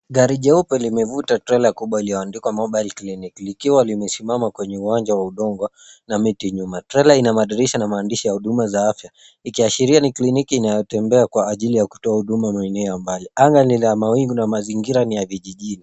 Gari jeupe limevuta trela kubwa lililoandikwa mobile clinic likiwa limesimama kwenye uwanja wa udongo na miti nyuma. Trela ina madirisha na maandishi ya huduma za afya ikiashiria ni kliniki inayotembea kwa ajili ya kutoa huduma maeneo ya mbali. Anga ni la mawingu na mazingira ni ya vijijini.